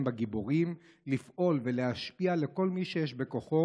בגיבורים לפעול ולהשפיע לכל מי שיש בכוחו,